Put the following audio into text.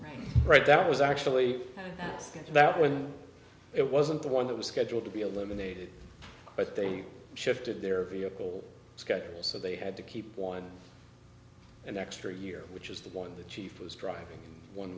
all right that was actually passed into that when it wasn't the one that was scheduled to be eliminated but they shifted their vehicle schedules so they had to keep one an extra year which is the one the chief was driving one